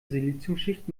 siliziumschicht